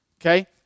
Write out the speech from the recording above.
okay